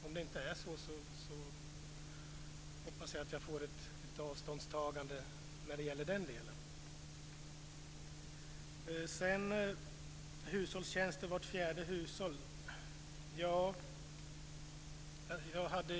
Om det inte är så hoppas jag på ett avståndstagande när det gäller den delen. Sven Brus säger att vart fjärde hushåll är intresserat av hushållstjänster.